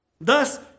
Thus